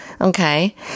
Okay